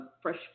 Fresh